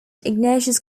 ignatius